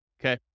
Okay